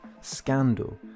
scandal